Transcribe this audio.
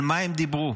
על מה הם דיברו?